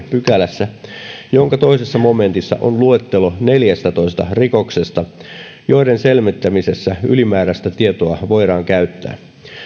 pykälässä jonka toisessa momentissa on luettelo neljästätoista rikoksesta joiden selvittämisessä ylimääräistä tietoa voidaan käyttää